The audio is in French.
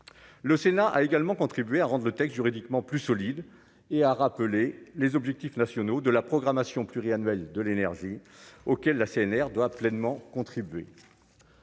le Sénat a également contribué à rendre le texte juridiquement plus solide et a rappelé les objectifs nationaux de la programmation pluriannuelle de l'énergie, auquel la CNR doit pleinement contribuer.